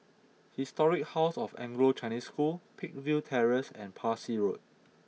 Historic House of Anglo Chinese School Peakville Terrace and Parsi Road